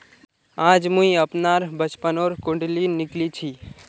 आज मुई अपनार बचपनोर कुण्डली निकली छी